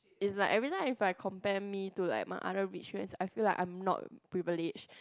it's like every time if I compare me to my others rich man I feel like I'm not privileged